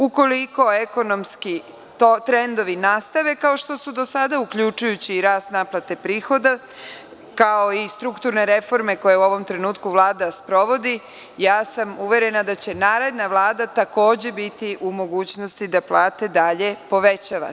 Ukoliko ekonomski trendovi nastave, kao što su do sada, uključujući i rast naplate prihoda, kao i strukturne reforme koje u ovom trenutku Vlada sprovodi, ja sam uverena da će naredna vlada takođe biti u mogućnosti da plate dalje povećava.